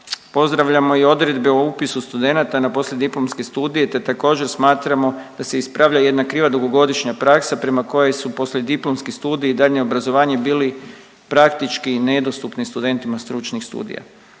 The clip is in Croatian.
Pozdravljamo i odredbe o upisu studenata na poslijediplomske studije te također smatramo da se ispravlja jedna kriva dugogodišnja praksa prema kojoj su poslijediplomski studiji i daljnje obrazovanje bili praktički nedostupni studentima stručnih studija.